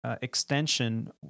extension